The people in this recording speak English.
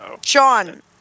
Sean